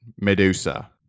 Medusa